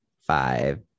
five